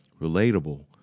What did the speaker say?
relatable